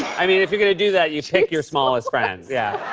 i mean, if you're gonna do that, you pick your smallest friend, yeah.